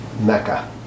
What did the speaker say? mecca